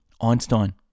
Einstein